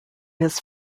his